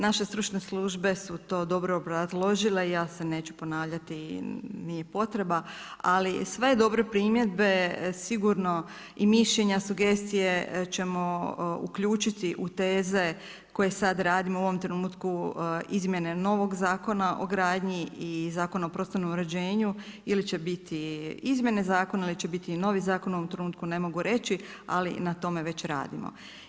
Naše stručne službe su to dobro obrazložile i ja se neću ponavljati i nije potreba, ali sve dobre primjedbe sigurno i mišljenja, sugestije ćemo uključiti u teze koje sada radimo u ovom trenutku izmjene novog Zakona o gradnji i Zakona o prostornom uređenju ili će biti izmjene zakona ili će biti novi zakon u ovom trenutku ne mogu reći, ali na tome već radimo.